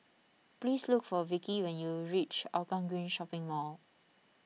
please look for Vicky when you reach Hougang Green Shopping Mall